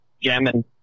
jamming